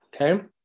Okay